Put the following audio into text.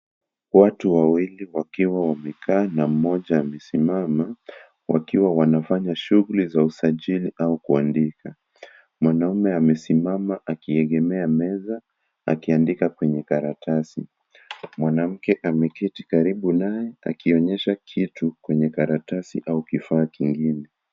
Watu wawili wakiwa wamekaa na mmoja amesimama wakiwa wanafanya shughuli za usajili au kuandika. Mwanaume amesimama akiegemea meza akiandika kwenye karatasi. Mwanamke ameketi karibu naye akionyesha kitu kwenye karatasi au kifaa kingine.